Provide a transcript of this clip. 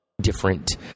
different